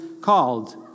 called